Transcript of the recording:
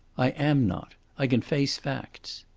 i am not. i can face facts.